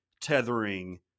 tethering